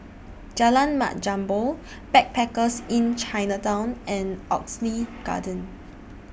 Jalan Mat Jambol Backpackers Inn Chinatown and Oxley Garden